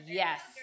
yes